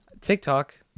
TikTok